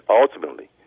ultimately